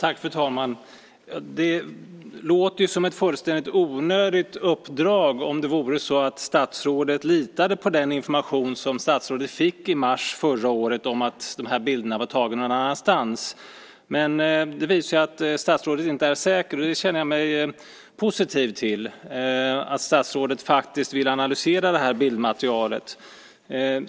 Fru talman! Det låter som ett fullständigt onödigt uppdrag ifall det vore så att statsrådet litade på den information hon fick i mars förra året om att bilderna var tagna någon annanstans. Det visar sig dock att statsrådet inte är säker. Det känns positivt att statsrådet faktiskt vill analysera bildmaterialet.